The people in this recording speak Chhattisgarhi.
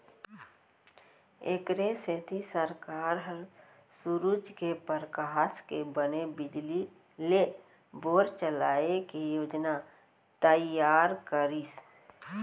एखरे सेती सरकार ह सूरूज के परकास के बने बिजली ले बोर चलाए के योजना तइयार करिस